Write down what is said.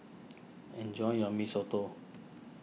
enjoy your Mee Soto